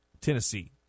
Tennessee